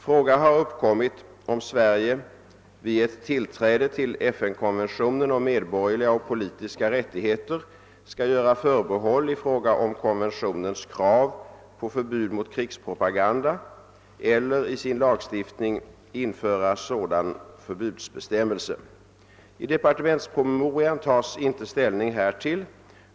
Fråga har uppkommit om Sverige vid ett tillträde till FN-konventionen om medborgerliga och politiska rättigheter skall göra förbehåll i fråga om konventionens krav på förbud mot krigspropaganda eller i sin lagstiftning införa sådan förbudsbestämmelse. I departementspromemorian tas inte ställning härtill.